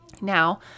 Now